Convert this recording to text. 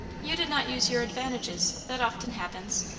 you did not use your advantages. that often happens.